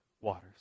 waters